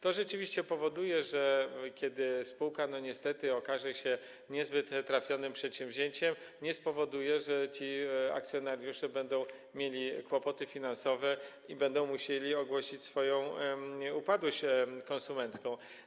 To sprawia, że kiedy spółka niestety okaże się niezbyt trafionym przedsięwzięciem, nie spowoduje to tego, że ci akcjonariusze będą mieli kłopoty finansowe i będą musieli ogłosić swoją upadłość konsumencką.